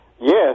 Yes